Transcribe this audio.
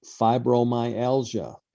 Fibromyalgia